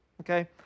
okay